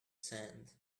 sand